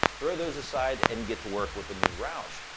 throw those aside and get to work with the new roush.